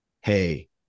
Hey